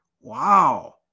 Wow